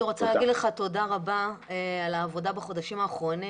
אני רוצה להגיד לך תודה רבה על העבודה בחודשים האחרונים,